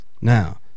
Now